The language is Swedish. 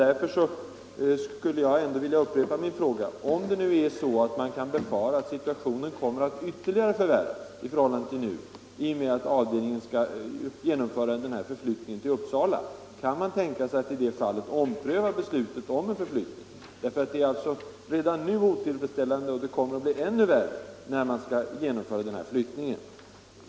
Därför upprepar jag min fråga: Om man kan befara att situationen kommer att ytterligare förvärras i och med att avdelningen flyttas till Uppsala, kan man då tänka sig att ompröva beslutet om förflyttningen? Förhållandena är ju redan nu otillfredsställande och det kommer att bli ännu värre när man nu skall genomföra denna förflyttning.